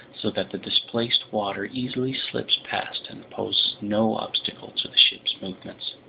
so that the displaced water easily slips past and poses no obstacle to the ship's movements.